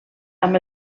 amb